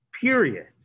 period